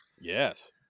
Yes